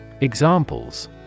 Examples